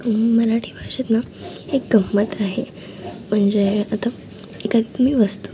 मराठी भाषेत ना एक गंमत आहे म्हणजे आता एखादी तुम्ही वस्तू घ्या